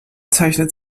zeichnen